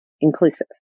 inclusive